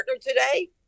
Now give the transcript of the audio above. today